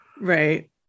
right